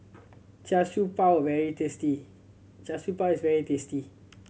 Char Siew Bao very tasty Char Siew Bao is very tasty